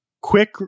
Quick